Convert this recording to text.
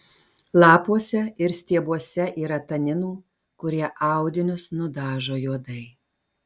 lapuose ir stiebuose yra taninų kurie audinius nudažo juodai